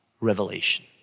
revelation